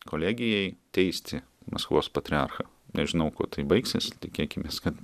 kolegijai teisti maskvos patriarchą nežinau kuo tai baigsis tikėkimės kad